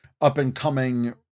up-and-coming